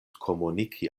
komuniki